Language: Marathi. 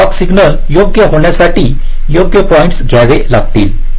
माझे क्लॉक सिग्नल योग्य होण्यासाठी योग्य पॉईंट्स घ्यावे लागतील